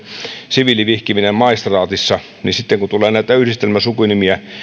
siviilivihkiminen maistraatissa niin sitten kun tulee näitä yhdistelmäsukunimiä niin